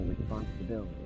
responsibility